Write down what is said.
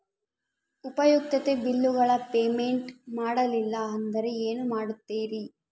ಉಪಯುಕ್ತತೆ ಬಿಲ್ಲುಗಳ ಪೇಮೆಂಟ್ ಮಾಡಲಿಲ್ಲ ಅಂದರೆ ಏನು ಮಾಡುತ್ತೇರಿ?